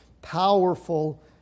Powerful